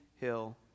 hill